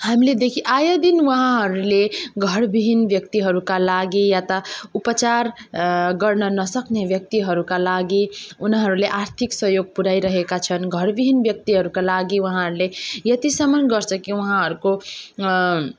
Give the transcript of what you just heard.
हामीलेदेखि आए दिन उहाँहरूले घर विहिन व्यक्तिहरूका लागि या त उपचार गर्न नसक्ने व्यक्तिहरूका लागि उनीहरूले आर्थिक सहयोग पुराइरहेका छन् घर विहिन व्यक्तिहरूका लागि उहाँहरूले यतिसम्म गर्छ कि उहाँहरूको